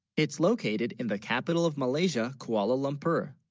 it's located in the capital of malaysia, kuala lumpur